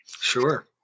Sure